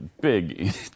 big